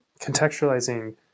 contextualizing